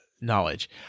knowledge